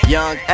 Young